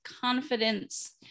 confidence